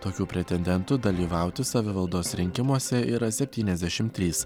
tokių pretendentų dalyvauti savivaldos rinkimuose yra septyniasdešimt trys